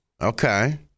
Okay